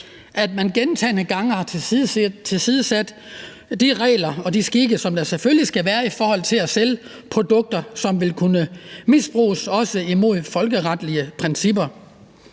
at de gentagne gange har tilsidesat de regler og skikke, som der selvfølgelig skal være i forhold til at sælge produkter, som vil kunne misbruges – også imod folkeretlige principper.